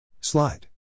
Slide